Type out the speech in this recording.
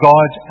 God